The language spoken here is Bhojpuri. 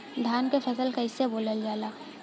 धान क फसल कईसे बोवल जाला?